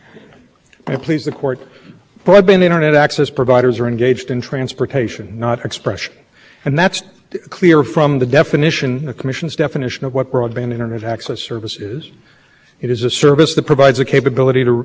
the definition of a broadband internet access service is to get at those services which we have which the petitioners here in gaijin is a mass market retail service to provide people and they sign up for it to get to all of the internet there are some other services